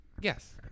Yes